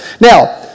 Now